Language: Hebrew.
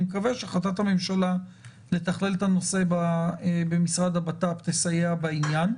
אני מקווה שהחלטת הממשלה לתכלל את הנושא במשרד הבט"פ תסייע בעניין,